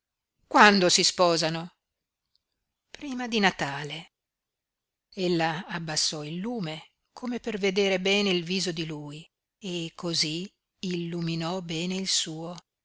quando si sposano prima di natale ella abbassò il lume come per vedere bene il viso di lui e cosí illuminò bene il suo